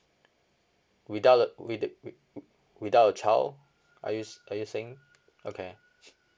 without a with a with with without a child are you s~ are you saying okay